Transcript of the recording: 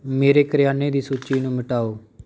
ਮੇਰੇ ਕਰਿਆਨੇ ਦੀ ਸੂਚੀ ਨੂੰ ਮਿਟਾਓ